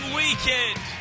weekend